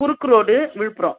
குறுக்கு ரோடு விழுப்புரம்